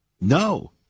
No